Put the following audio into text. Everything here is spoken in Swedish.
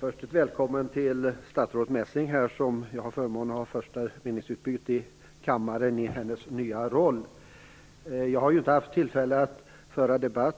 Fru talman! Gudrun Schyman är besviken över att regeringen inte tar några initiativ. Jag är glad över att Gudrun Schyman efter fyra veckor